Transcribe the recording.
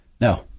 no